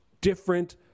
different